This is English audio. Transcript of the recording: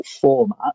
format